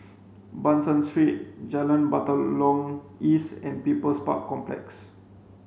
Ban San Street Jalan Batalong East and People's Park Complex